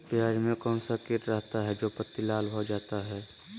प्याज में कौन सा किट रहता है? जो पत्ती लाल हो जाता हैं